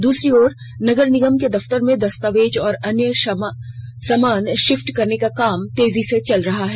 दूसरी तरफ नगर निगम के दफ्तर में दस्तावेज और अन्य सामान शिफ्ट करने का काम तेजी से चल रहा है